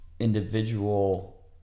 individual